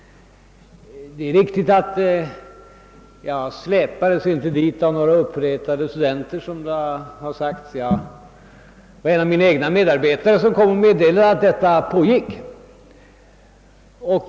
Det är riktigt att jag var med. Men jag släpades inte dit av några uppretade studenter, som det har sagts, utan det var en av mina egna medarbetare som kom och meddelade mig vad som på gick där.